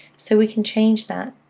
so we can change that